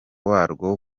warwo